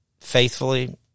faithfully